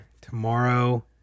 tomorrow